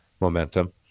momentum